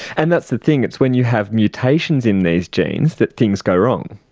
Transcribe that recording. and that's the thing, it's when you have mutations in these genes that things go wrong.